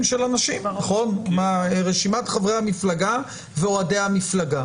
של אנשים: רשימת חברי המפלגה ואוהדי המפלגה.